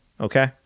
okay